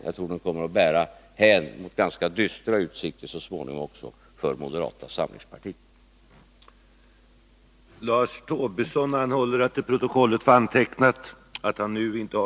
Jag tror att utsikterna också för moderata samlingspartiet är ganska dystra.